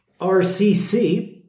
RCC